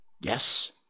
yes